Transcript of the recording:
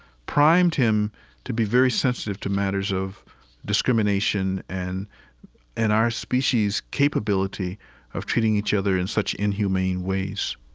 primed him to be very sensitive to matters of discrimination and and our species' capability of treating each other in such inhumane ways